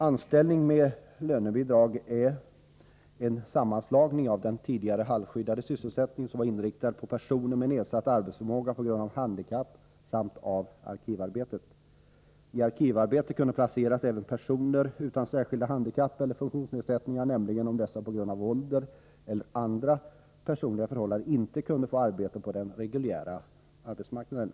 Anställning med lönebidrag är en sammanslagning av den tidigare halvskyddade sysselsättningen, som var inriktad på personer med nedsatt arbetsförmåga på grund av handikapp, och av arkivarbetet. I arkivarbete kunde placeras även personer utan särskilda handikapp eller funktionsnedsättningar, nämligen om dessa på grund av ålder eller andra personliga förhållanden inte kunde få arbete på den reguljära arbetsmarknaden.